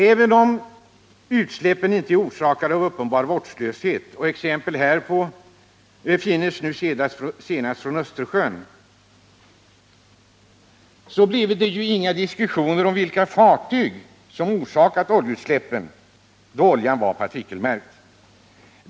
Även om utsläppen inte är orsakade av uppenbar vårdslöshet — exempel härpå finns nu senast från Östersjön — bleve det inga diskussioner om vilka fartyg som orsakat oljeutsläppen, om oljan varit partikelmärkt.